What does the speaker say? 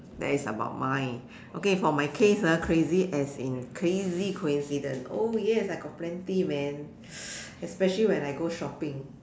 that is about mine okay for my case ah crazy as in crazy coincidence oh yes I got plenty man especially when I go shopping